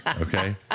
Okay